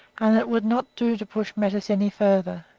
and that it would not do to push matters any farther.